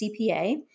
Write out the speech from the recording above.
CPA